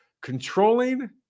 controlling